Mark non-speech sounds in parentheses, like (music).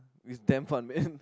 which damn fun man (breath)